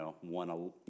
One